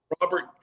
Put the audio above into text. Robert